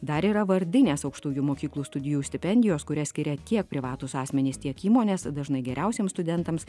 dar yra vardinės aukštųjų mokyklų studijų stipendijos kurias skiria tiek privatūs asmenys tiek įmonės dažnai geriausiems studentams